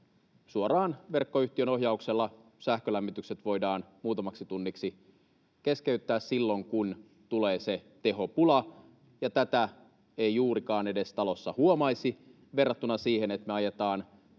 suoraan verkkoyhtiön ohjauksella sähkölämmitykset voidaan muutamaksi tunniksi keskeyttää silloin kun tulee tehopula. Tätä ei juurikaan edes huomaisi talossa, verrattuna siihen, että me ajetaan